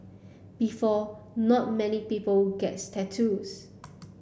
before not many people gets tattoos